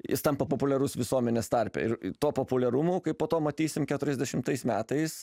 jis tampa populiarus visuomenės tarpe ir tuo populiarumu kaip po to matysim keturiasdešimtais metais